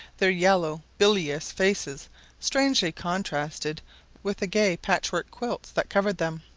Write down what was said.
their yellow bilious faces strangely contrasted with the gay patchwork-quilts that covered them.